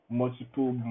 multiple